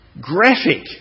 graphic